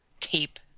tape